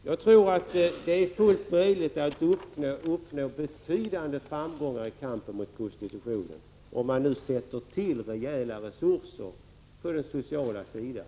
Jag tror att det är helt möjligt att uppnå betydande framgångar i kampen mot prostitutionen, om man bara sätter in rejäla resurser på den sociala sidan.